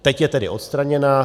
Teď je tedy odstraněna.